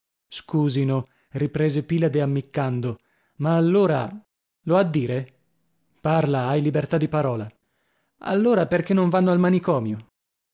scusino riprese pilade ammiccando ma allora l'ho a dire parla hai libertà di parola allora perchè non vanno al manicomio